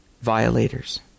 violators